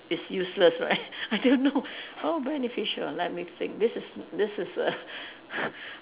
it's useless right I don't know how beneficial let me think this is this is a